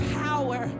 power